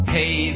Hey